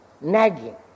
nagging